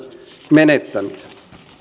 menettämisen